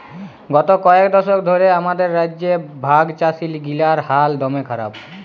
গত কয়েক দশক ধ্যরে আমাদের রাজ্যে ভাগচাষীগিলার হাল দম্যে খারাপ